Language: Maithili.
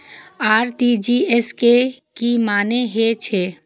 आर.टी.जी.एस के की मानें हे छे?